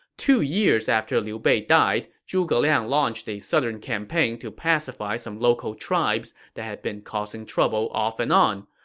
two years after liu bei died, zhuge liang launched a southern campaign to pacify some local tribes that had been causing trouble off and on.